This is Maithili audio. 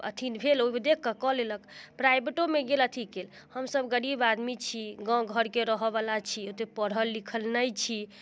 अथी भेल ओ देखि कऽ कऽ लेलक प्राइवेटोमे गेल अथीके हमसब गरीब आदमी छी गाँव घरके रहऽ बला छी ओतेक पढ़ल लिखल नहि छी